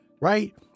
right